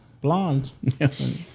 blonde